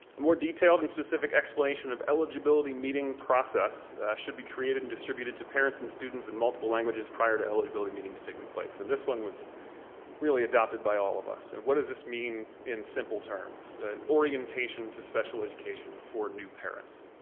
more detailed and specific explanation of eligibility meeting process should be created and distributed to parents and students in multiple languages prior to eligibility meetings taking place and this one was really adopted by all of us. and what does this mean in simple terms? an orientation to special education for new parents,